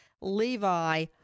Levi